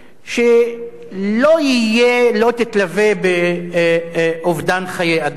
שלא תלווה באובדן חיי אדם.